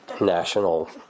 national